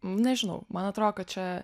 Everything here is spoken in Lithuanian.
nežinau man atro kad čia